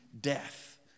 death